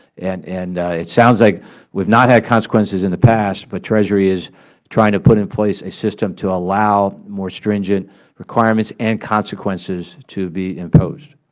and and it sounds like we have not had consequences in the past, but treasury is trying to put in place a system to allow more stringent requirements and consequences to be imposed.